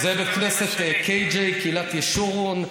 זה בית כנסת KJ, קהילת ישורון.